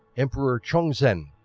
emperor chongzhen,